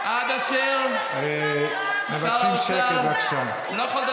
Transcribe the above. מבקשים שקט, בבקשה.